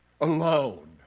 alone